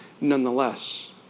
nonetheless